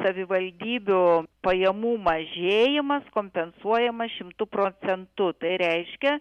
savivaldybių pajamų mažėjimas kompensuojamas šimtu procentu tai reiškia